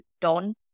Don